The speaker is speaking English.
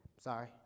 sorry